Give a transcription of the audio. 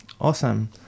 Awesome